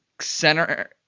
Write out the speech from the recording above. center